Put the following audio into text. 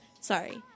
Sorry